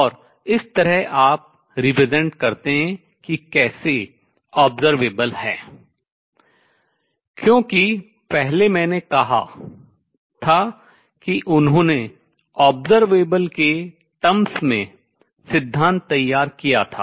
और इस तरह आप represent प्रदर्शित करते हैं कि कैसे observable प्रेक्षणीय हैं क्योंकि पहले मैंने कहा था कि उन्होंने observable प्रेक्षणीय के terms पदों में सिद्धांत तैयार किया था